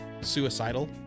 suicidal